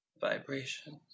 Vibrations